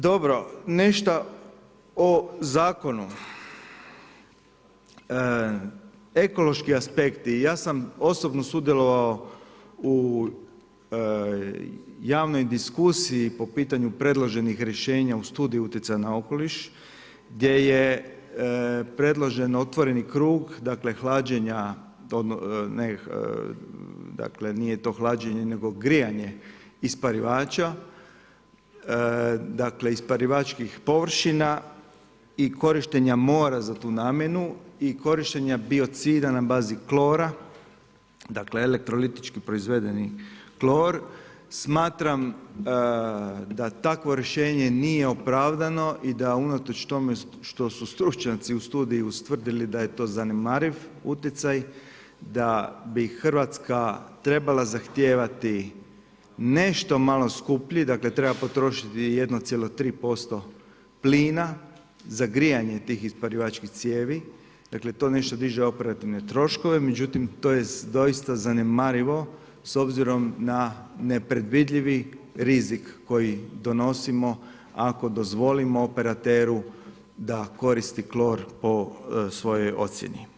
Dobro, nešto o zakonu, ekološki aspekti i ja sam osobno sudjelovao u javnoj diskusiji, po pitanju predloženih rješenja u studiju utjecanja na okoliš, gdje je predlože otvoreni krug, dakle, hlađenja, dakle, nije to hlađenje, nego grijanje isparivača, dakle isparivačkih površina i korištenja mora za tu namjenu i korištenje bio cilja na bazi klora, dakle, elektrolitički proizvedeni klor, smatram da takvo rješenje nije opravdano i da unatoč tome što su stručnjaci u studiju utvrdili, da je to zanemariv utjecaj, da bi Hrvatska trebala zahtijevati nešto malo skuplji, dakle, treba potrošiti 1,3% plina, za grijanje tih isparivačkih cijevi, dakle, to nešto diže operativne troškove, međutim, to je doista zanemarivo, sa obzirom na nepredvidljivi rizik koji donosimo ako dozvolimo operateru da koristi klor po svojoj ocjeni.